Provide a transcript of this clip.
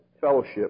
fellowship